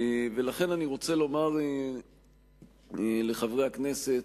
ולכן אני רוצה לומר לחברי הכנסת: